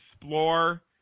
explore